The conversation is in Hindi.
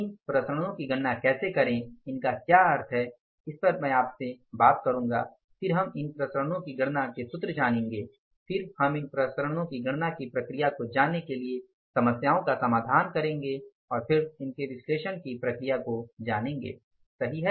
इन विचरणों की गणना कैसे करें इनका क्या अर्थ है इस पर मैं आपसे बात करूंगा फिर हम इन विचरणों की गणना करने के सूत्र जानेंगे फिर हम इन विचरणों की गणना की प्रक्रिया को जानने के लिए समस्याओं का समाधान करेंगे और फिर इनके विश्लेषण की प्रक्रिया को जानेंगे सही है